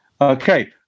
Okay